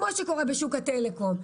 כפי שקורה בשוק הטלקום.